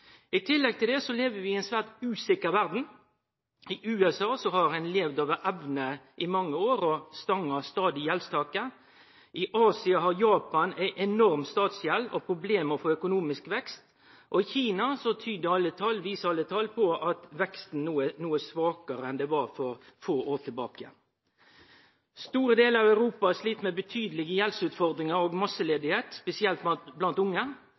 I tillegg til det lever vi i ei svært usikker verd. I USA har ein levd over evne i mange år og stangar stadig i gjeldstaket. I Asia har Japan ei enorm statsgjeld og problem med å få økonomisk vekst, og i Kina viser alle tal at veksten no er svakare enn for få år tilbake. Store delar av Europa slit med betydelege gjeldsutfordringar og masseledigheit, spesielt blant unge.